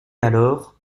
alors